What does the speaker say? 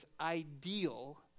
ideal